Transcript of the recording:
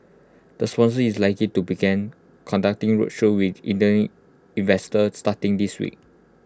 the sponsor is likely to begin conducting roadshows with investors starting this week